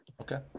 Okay